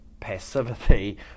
passivity